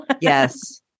Yes